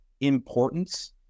importance